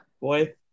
boy